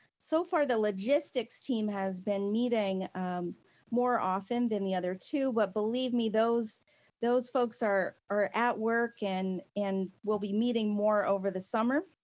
so far, the logistics team has been meeting more often than the other two, but believe me those those folks are are at work and and we'll be meeting more over the summer,